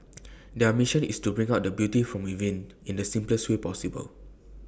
their mission is to bring out the beauty from within in the simplest way possible